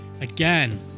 Again